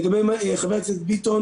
לגבי מה שאמר חבר הכנסת ביטון